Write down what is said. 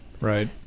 Right